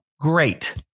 Great